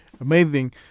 Amazing